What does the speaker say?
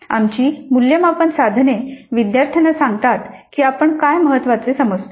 आमची मूल्यमापन साधने विद्यार्थ्यांना सांगतात की आपण काय महत्वाचे समजतो